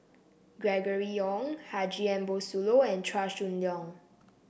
Gregory Yong Haji Ambo Sooloh and Chua Chong Long